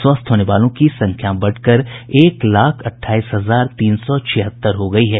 स्वस्थ होने वालों की संख्या बढ़कर एक लाख अट्ठाईस हजार तीन सौ छिहत्तर हो गयी है